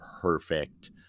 perfect